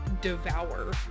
devour